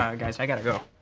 um guys, i gotta go.